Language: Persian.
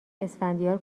اسفندیار